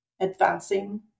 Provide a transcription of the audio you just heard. advancing